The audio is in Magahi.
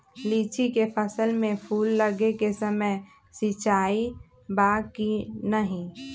लीची के फसल में फूल लगे के समय सिंचाई बा कि नही?